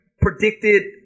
predicted